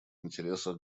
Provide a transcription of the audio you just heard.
интересах